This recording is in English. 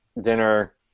dinner